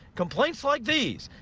complaints like these.